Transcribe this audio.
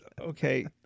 okay